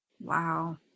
Wow